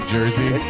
Jersey